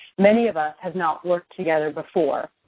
many of us have not worked together before.